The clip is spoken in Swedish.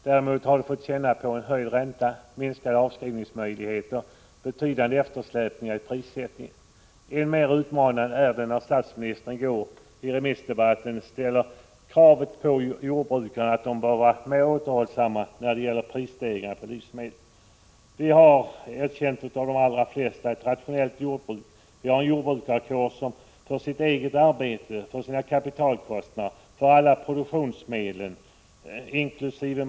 Däremot har de fått känna av höjd ränta, minskade avskrivningsmöjligheter och betydande eftersläpningar i prissättningen. Än mer utmanande blev regeringspolitiken när statsministern i debatten i går ställde kravet på jordbrukarna att vara mer återhållsamma med prisstegringar på livsmedel. Vi har — det erkänns av de allra flesta — ett rationellt jordbruk, och vi har en jordbrukarkår som för sitt eget arbete, sina kapitalkostnader och alla produktionsmedel inkl.